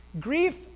Grief